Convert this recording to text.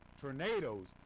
tornadoes